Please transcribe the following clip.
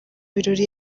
birori